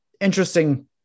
Interesting